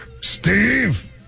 Steve